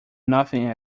nothing